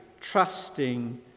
trusting